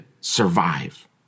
survive